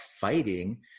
fighting